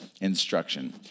instruction